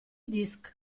disk